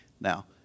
now